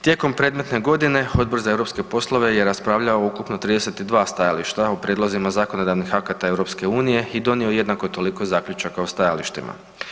Tijekom predmetne godine Odbor za europske poslove je raspravljao o ukupno 32 stajališta o prijedlozima zakonodavnih akata EU i donio jednako toliko zaključaka o stajalištima.